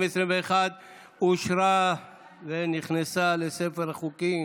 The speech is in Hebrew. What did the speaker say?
אושרה ונכנסה לספר החוקים